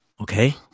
Okay